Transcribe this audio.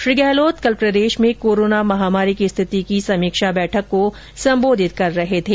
श्री गहलोत कल प्रदेश में कोरोना महामारी की स्थिति की समीक्षा बैठक को संबोधित कर रहे थे